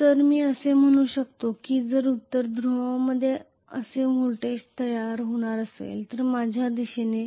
तर मी असे म्हणू शकतो की जर उत्तर ध्रुवामध्ये असे व्होल्टेज तयार होणार असेल तर माझ्या दिशेने